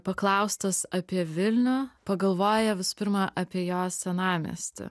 paklaustas apie vilnių pagalvoja visų pirma apie jo senamiestį